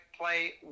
play